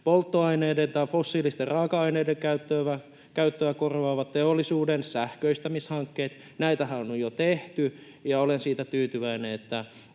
Polttoaineiden tai fossiilisten raaka-aineiden käyttöä korvaavat teollisuuden sähköistämishankkeet. Näitähän on jo tehty, ja olen tyytyväinen, että